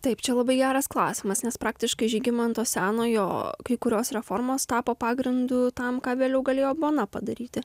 taip čia labai geras klausimas nes praktiškai žygimanto senojo kai kurios reformos tapo pagrindu tam ką vėliau galėjo bona padaryti